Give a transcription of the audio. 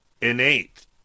innate